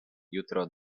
jutro